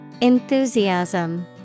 Enthusiasm